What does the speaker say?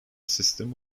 system